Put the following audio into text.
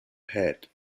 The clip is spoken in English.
head